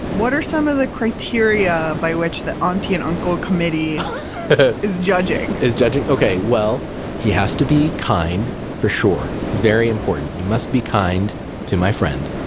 what are some of the criteria by which the auntie and uncle committee is judging? is judging? okay. well he has to be kind, for sure. very important you must be kind to my friend.